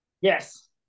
Yes